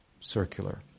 circular